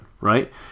Right